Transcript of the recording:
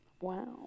Wow